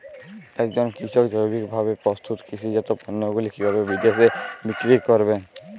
একজন কৃষক জৈবিকভাবে প্রস্তুত কৃষিজাত পণ্যগুলি কিভাবে বিদেশে বিক্রি করবেন?